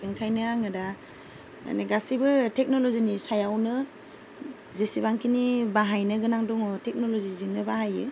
ओंखायनो आङो दा माने गासैबो टेक्न'ल'जिनि सायावनो जेसेबांखिनि बाहायनोगोनां दङ टेक्न'ल'जिजोंनो बाहायो